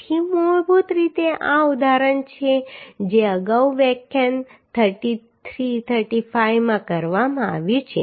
તેથી મૂળભૂત રીતે આ ઉદાહરણ છે જે અગાઉ વ્યાખ્યાન 35 માં કરવામાં આવ્યું છે